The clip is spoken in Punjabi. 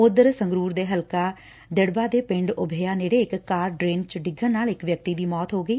ਉਧਰ ਸੰਗਰੁਰ ਦੇ ਹਲਕਾ ਦਿਕੁਬਾ ਦੇ ਪਿੰਡ ਉਭਿਆ ਨੇੜੇ ਇਕ ਕਾਰ ਡਰੇਨ ਚ ਡਿੱਗਣ ਨਾਲ ਇਕ ਵਿਅਕਤੀ ਦੀ ਮੌਤ ਹੋ ਗਈ